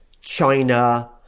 China